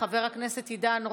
חבר הכנסת יאיר גולן,